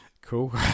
cool